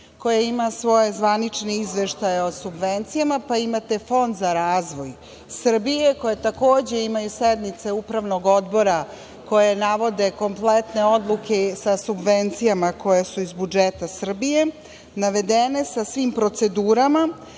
koja ima svoje zvanične izveštaje o subvencijama, pa imate Fond za razvoj Srbije, koji takođe imaju sednice upravnog odbora koje navode kompletne odluke sa subvencijama koje su iz budžeta Srbije, navedene sa svim procedurama,